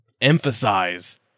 emphasize